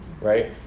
Right